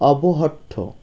অবহঠ্ঠ